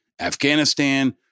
Afghanistan